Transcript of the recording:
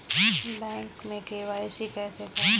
Bank में KYC कैसे करायें?